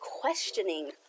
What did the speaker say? questioning